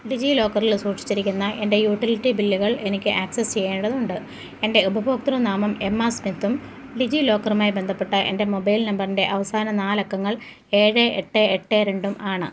ഡിജീലോക്കർല് സൂക്ഷിച്ചിരിക്കുന്ന എന്റെ യൂട്ടിലിറ്റി ബില്ലുകൾ എനിക്ക് ആക്സസ് ചെയ്യേണ്ടതുണ്ട് എന്റെ ഉപപഭോക്തൃനാമം എമ്മ സ്മിത്തും ഡിജീലോക്കറുമായി ബന്ധപ്പെട്ട എന്റെ മൊബൈൽ നമ്പർന്റെ അവസാന നാല് അക്കങ്ങൾ ഏഴ് എട്ട് എട്ട് രണ്ടും ആണ്